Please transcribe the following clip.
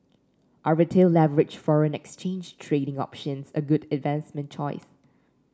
are Retail leveraged foreign exchange trading options a good investment choice